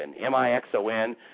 M-I-X-O-N